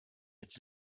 jetzt